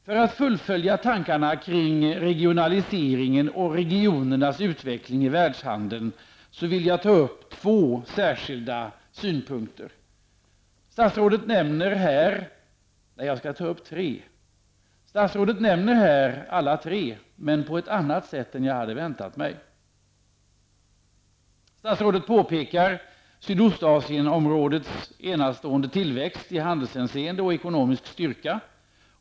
För att fullfölja tankarna kring regionaliseringen och regionernas utveckling i världshandeln, vill jag ta upp tre särskilda synpunkter. Statsrådet nämner alla tre, men på ett annat sätt än vad jag hade väntat mig. Statsrådet påpekar Sydostasiens enastående tillväxt i handelshänseende och ekonomisk styrka.